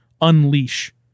unleash